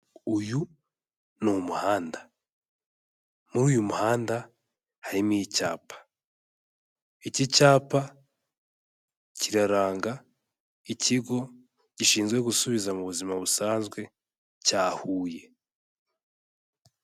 Uyu ni umuhanda. Muri uyu muhanda harimo icyapa. Iki cyapa kiraranga ikigo gishinzwe gusubiza mu buzima busanzwe cya Huye.